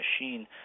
machine